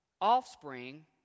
offspring